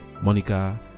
Monica